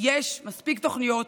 יש מספיק תוכניות,